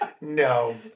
No